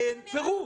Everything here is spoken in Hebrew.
אין פירוט.